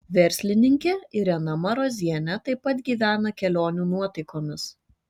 verslininkė irena marozienė taip pat gyvena kelionių nuotaikomis